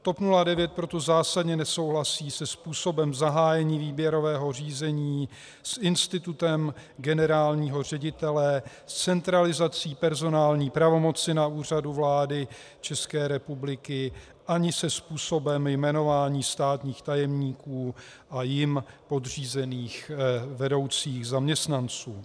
TOP 09 proto zásadně nesouhlasí se způsobem zahájení výběrového řízení, s institutem generálního ředitele, s centralizací personální pravomoci na Úřadu vlády České republiky ani se způsobem jmenování státních tajemníků a jim podřízených vedoucích zaměstnanců.